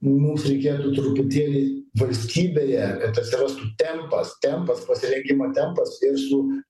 mums reikėtų truputėlį valstybėje kad atsirastų tempas tempas pasirengimo tempas ir su